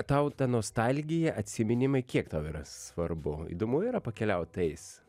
tau ta nostalgija atsiminimai kiek tau yra svarbu įdomu yra pakeliaut tais